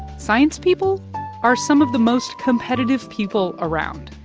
science people are some of the most competitive people around.